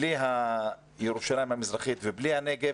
בלי מזרח ירושלים ובלי הנגב,